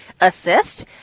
assist